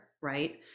right